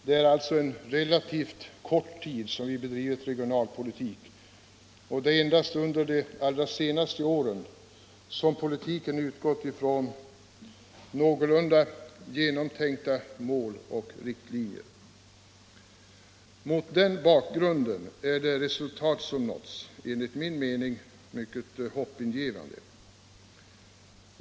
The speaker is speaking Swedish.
Det är alltså en relativt kort tid vi bedrivit regionalpolitik, och det är endast under de allra senaste åren som politiken utgått iftån någorlunda genomtänkta mål och riktlinjer. Mot den bakgrunden är resultatet enligt min mening mycket hoppingivande.